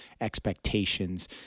expectations